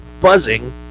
buzzing